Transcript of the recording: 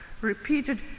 ...repeated